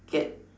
get